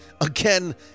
again